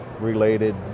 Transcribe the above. related